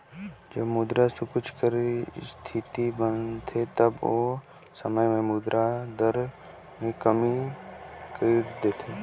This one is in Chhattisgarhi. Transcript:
जब मुद्रा संकुचन कर इस्थिति बनथे तब ओ समे में मुद्रा दर में कमी कइर देथे